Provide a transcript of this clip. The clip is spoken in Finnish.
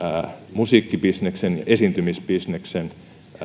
musiikkibisneksen ja esiintymisbisneksen